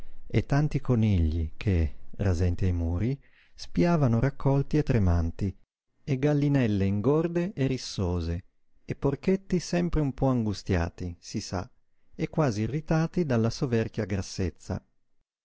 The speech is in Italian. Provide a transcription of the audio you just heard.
e tanti conigli che rasenti ai muri spiavano raccolti e tremanti e gallinelle ingorde e rissose e porchetti sempre un po angustiati si sa e quasi irritati dalla soverchia grassezza